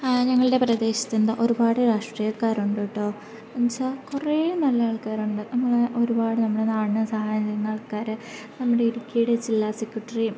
ഞങ്ങളുടെ പ്രദേശത്ത് എന്തോ ഒരുപാട് രാഷ്ട്രീയക്കാരുണ്ട് കേട്ടോ എന്നു വച്ചാൽ കുറേ നല്ല ആൾക്കാരുണ്ട് നമ്മളെ ഒരുപാട് നമ്മളെ നാടിന് സഹായം ചെയ്യുന്ന ആൾക്കാർ നമ്മുടെ ഇടുക്കിയുടെ ജില്ല സെക്രട്ടറിയും